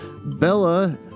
Bella